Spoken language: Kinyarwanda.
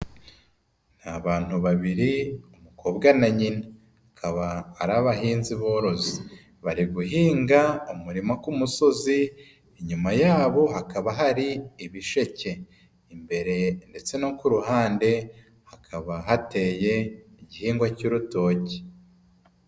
Ni abantu babiri umukobwa na nyina, bakaba ari abahinzi borozi, bari guhinga umurima ku musozi, inyuma yabo hakaba hari ibisheke, imbere ndetse no ku ruhande hakaba hateye igihingwa cy'urutoki.